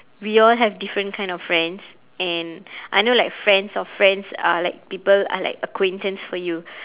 we all have different kind of friends and I know like friends of friends are like people are like acquaintance for you